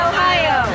Ohio